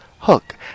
Hook